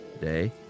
Day